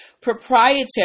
proprietary